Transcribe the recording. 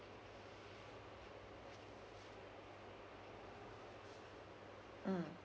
mm